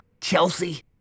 Chelsea